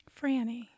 Franny